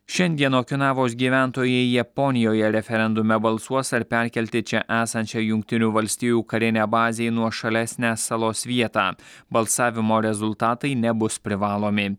šiandien okinavos gyventojai japonijoje referendume balsuos ar perkelti čia esančią jungtinių valstijų karinę bazę į nuošalesnę salos vietą balsavimo rezultatai nebus privalomi